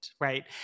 right